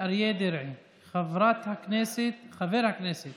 חבר הכנסת אריה דרעי, חבר הכנסת